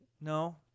no